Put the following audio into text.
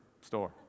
store